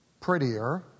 prettier